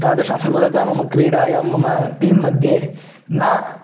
तादृशी असफलता मम क्रीडायां मम टीम्मध्ये न